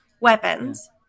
weapons